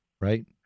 right